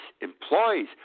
employees